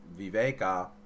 viveka